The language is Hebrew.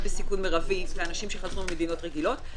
בסיכון מרבי לאנשים שחזרו ממדינות רגילות.